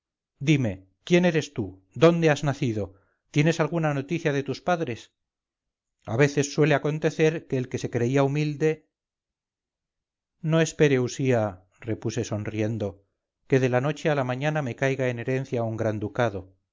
dime quién eres tú dónde has nacido tienes alguna noticia de tus padres a veces suele acontecer que el que se creía humilde no espere usía repuse sonriendo que de la noche a la mañana me caiga en herencia un gran ducado